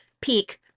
peak